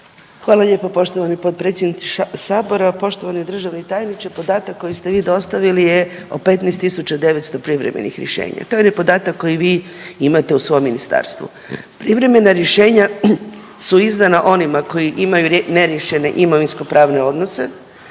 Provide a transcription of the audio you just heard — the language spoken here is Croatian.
Hvala lijepo poštovani potpredsjedniče sabora. Poštovani državni tajniče podatak koji ste vi dostavili je o 15.900 privremenih rješenja. To je onaj podatak koji vi imate u svom ministarstvu. Privremena rješenja su izdana onima koji imaju neriješene imovinsko-pravne odnose,